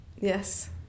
Yes